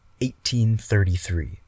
1833